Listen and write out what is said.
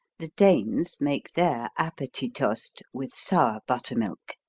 the danes make their appetitost with sour buttermilk.